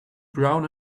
brown